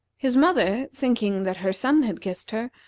his mother, thinking that her son had kissed her,